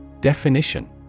Definition